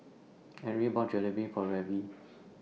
Enrique bought Jalebi For Reggie